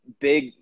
big